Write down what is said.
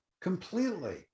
completely